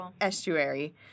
estuary